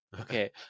okay